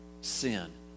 sin